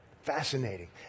Fascinating